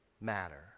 matter